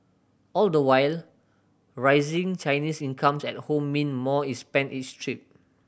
all the while rising Chinese incomes at home mean more is spent each trip